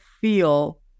feel